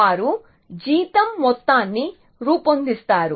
వారు జీతం మొత్తాన్ని రూపొందిస్తారు